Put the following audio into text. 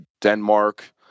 Denmark